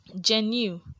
genuine